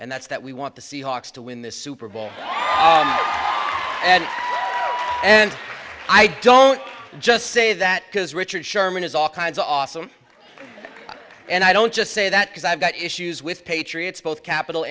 and that's that we want the seahawks to win the super bowl and i don't just say that because richard sherman has all kinds of awsome and i don't just say that because i've got issues with patriots both capital